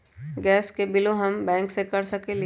Gas के बिलों हम बैंक से कैसे कर सकली?